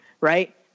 right